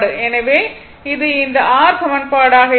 எனவே இது இந்த r சமன்பாடாக இருக்கும்